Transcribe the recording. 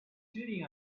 cheating